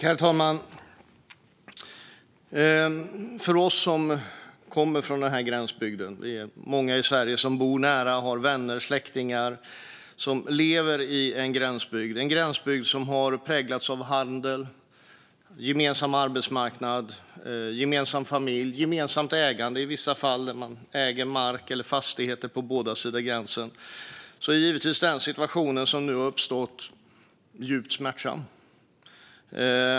Herr talman! Det är många av oss i Sverige som bor nära, har vänner och släktingar och lever i en gränsbygd. Det är en gränsbygd som har präglats av handel och en gemensam arbetsmarknad, gemensam familj och ett gemensamt ägande i vissa fall. Man äger mark eller fastigheter på båda sidor av gränsen. Den situation som nu har uppstått är givetvis djupt smärtsam.